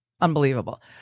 unbelievable